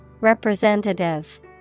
Representative